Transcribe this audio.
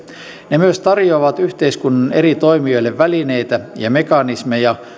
ne myös tarjoavat yhteiskunnan eri toimijoille välineitä ja mekanismeja